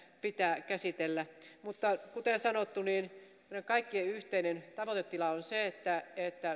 pitää käsitellä mutta kuten sanottu meidän kaikkien yhteinen tavoitetila on se että että